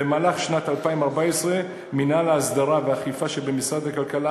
במהלך שנת 2014 מינהל ההסדרה והאכיפה שבמשרד הכלכלה